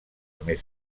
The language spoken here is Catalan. més